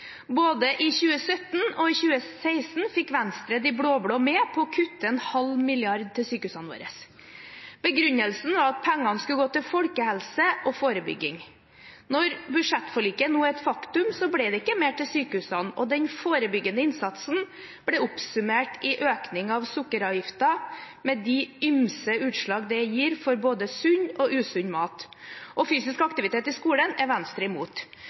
Både i 2017 og i 2016 fikk Venstre de blå-blå med på å kutte en halv milliard til sykehusene våre. Begrunnelsen var at pengene skulle gå til folkehelse og forebygging. Når budsjettforliket nå er et faktum, ble det ikke mer til sykehusene, og den forebyggende innsatsen ble oppsummert i økning av sukkeravgiften med de ymse utslag det gir for både sunn og usunn mat. Og fysisk aktivitet i skolen er Venstre imot.